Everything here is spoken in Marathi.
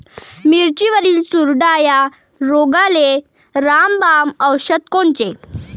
मिरचीवरील चुरडा या रोगाले रामबाण औषध कोनचे?